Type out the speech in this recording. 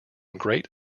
great